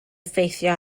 effeithio